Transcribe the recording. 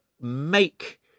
make